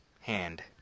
hand